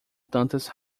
tantas